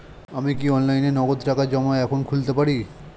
আমি কি অনলাইনে নগদ টাকা জমা এখন খুলতে পারি?